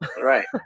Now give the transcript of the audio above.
right